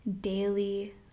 daily